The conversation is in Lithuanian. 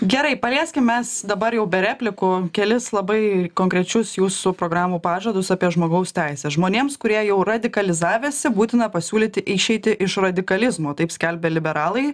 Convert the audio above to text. gerai palieskim mes dabar jau be replikų kelis labai konkrečius jūsų programų pažadus apie žmogaus teises žmonėms kurie jau radikalizavęsi būtina pasiūlyti išeitį iš radikalizmo taip skelbia liberalai